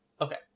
Okay